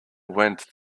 went